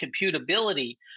computability